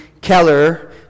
Keller